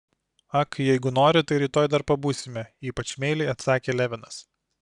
ak jeigu nori tai rytoj dar pabūsime ypač meiliai atsakė levinas